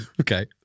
Okay